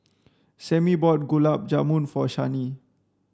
Sammy bought Gulab Jamun for Shani